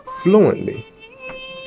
fluently